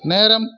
நேரம்